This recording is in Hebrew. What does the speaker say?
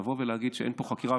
לבוא ולהגיד שאין פה חקירה,